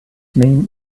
name